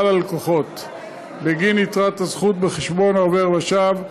הלקוחות בגין יתרת הזכות בחשבון העובר-ושב.